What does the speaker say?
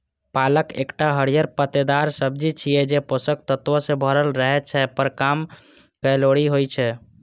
पालक एकटा हरियर पत्तेदार सब्जी छियै, जे पोषक तत्व सं भरल रहै छै, पर कम कैलोरी होइ छै